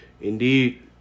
Indeed